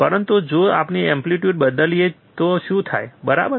પરંતુ જો આપણે એમ્પ્લીટયુડ બદલીએ તો શું થાય બરાબર